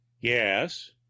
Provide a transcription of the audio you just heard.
Yes